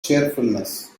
cheerfulness